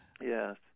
Yes